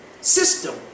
system